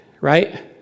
right